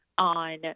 on